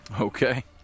Okay